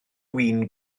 win